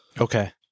Okay